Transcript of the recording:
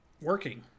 working